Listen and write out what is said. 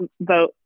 vote